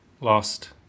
Lost